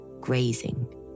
grazing